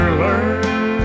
learn